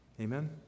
Amen